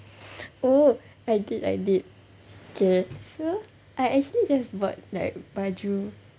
oh I did I did okay apa ah I actually just bought like baju